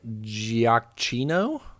Giacchino